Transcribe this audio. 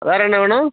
வேறு என்ன வேணும்